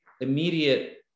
immediate